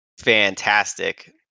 fantastic